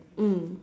mm